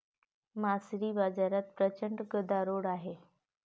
मासळी बाजारात प्रचंड गदारोळ आहे